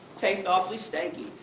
tastes awfully steaky.